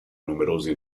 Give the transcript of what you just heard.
numerosi